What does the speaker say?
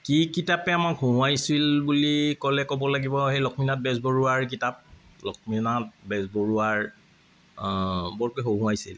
কি কিতাপে মোক হঁহুৱাইছিল বুলি ক'লে ক'ব লাগিব সেই লক্ষ্মীনাথ বেজবৰুৱাৰ কিতাপ লক্ষ্মীনাথ বেজবৰুৱাৰ বৰকৈ হঁহুৱাইছিল